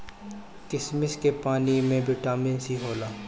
किशमिश के पानी में बिटामिन सी होला